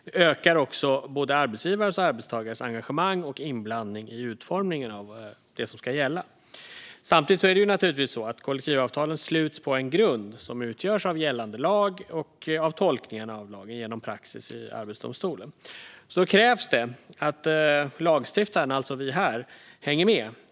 Det ökar också både arbetsgivares och arbetstagares engagemang och inblandning i utformningen av det som ska gälla. Samtidigt är det naturligtvis så att kollektivavtalen sluts på en grund som utgörs av gällande lag och av tolkningar av lagen genom praxis i Arbetsdomstolen. Då krävs det att lagstiftaren, alltså vi här, hänger med.